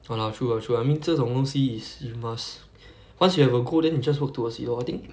!walao! true true ah I mean 这种东西 is you must once you have a goal then you just work towards it lor I think